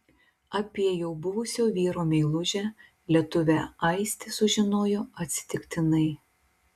apie jau buvusio vyro meilužę lietuvę aistė sužinojo atsitiktinai